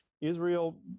Israel